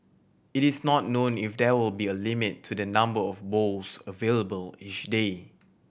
it is not known if there will be a limit to the number of bowls available each day